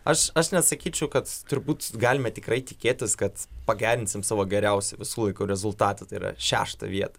aš aš net sakyčiau kad turbūt galime tikrai tikėtis kad pagerinsim savo geriausią visų laikų rezultatą tai yra šeštą vietą